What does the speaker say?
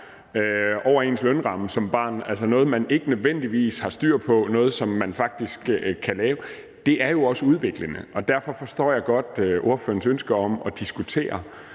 over ens lønramme som barn – altså noget, man ikke nødvendigvis har styr på, noget, som man faktisk kan lave – er også udviklende. Derfor forstår jeg godt ordførerens ønske om at diskutere,